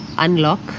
unlock